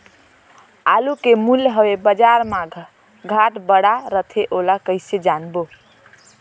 आलू के मूल्य हवे बजार मा घाट बढ़ा रथे ओला कइसे जानबो?